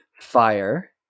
fire